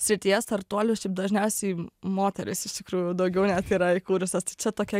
srityje startuolių šiaip dažniausiai moterys iš tikrųjų daugiau net yra įkūrusios tai čia tokia